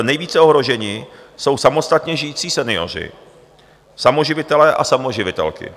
Nejvíce ohroženi jsou samostatně žijící senioři, samoživitelé a samoživitelky.